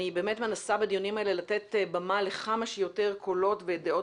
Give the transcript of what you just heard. אני מנסה בדיונים האלה לתת במה לכמה שיותר קולות ודעות